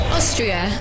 Austria